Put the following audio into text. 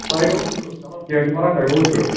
تۄہہِ گوٚو تٕرٛہ چلو کیٚنٛہہ چھُنہٕ پَرواے تۄہہِ گوٚو تٕرٛہ